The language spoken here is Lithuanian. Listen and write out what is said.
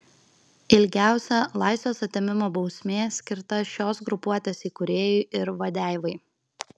ilgiausia laisvės atėmimo bausmė skirta šios grupuotės įkūrėjui ir vadeivai